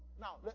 Now